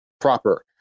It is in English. proper